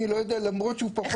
ואני לא יודע למה למרות שהוא פה.